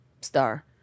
star